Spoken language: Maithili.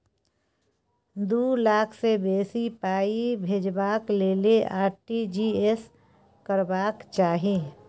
दु लाख सँ बेसी पाइ भेजबाक लेल आर.टी.जी एस करबाक चाही